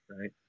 right